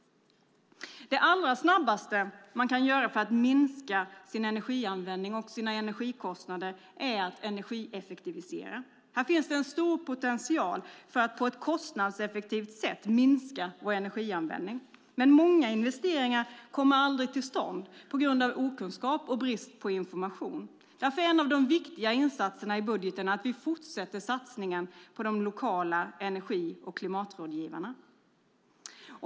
Det allra snabbaste man kan göra för att minska sin energianvändning och sina energikostnader är att energieffektivisera. Här finns det en stor potential att på ett kostnadseffektivt sätt minska vår energianvändning. Men många investeringar kommer aldrig till stånd på grund av okunskap och brist på information. Därför är en av de viktiga insatserna i budgeten att vi fortsätter satsningen på de lokala energi och klimatrådgivarna.